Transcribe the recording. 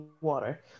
water